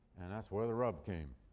and that's where the rub came.